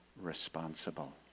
responsible